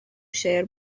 شعر